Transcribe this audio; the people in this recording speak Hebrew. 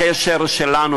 הקשר שלנו,